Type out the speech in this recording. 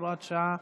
הוראת שעה,